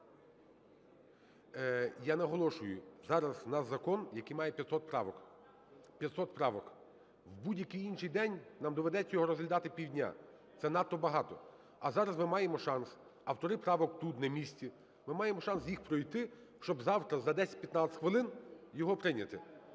Я наголошую, зараз в нас закон, який має 500 правок, 500 правок. В будь-який інший день нам доведеться його розглядати півдня. Це надто багато. А зараз ми маємо шанс, автори правок тут, на місці, ми маємо шанс їх пройти, щоб завтра за 10-15 хвилин його прийняти.